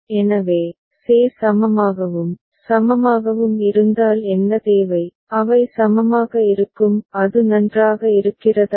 எனவே ce சமமாகவும் சமமாகவும் இருந்தால் என்ன தேவை அவை சமமாக இருக்கும் அது நன்றாக இருக்கிறதா